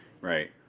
Right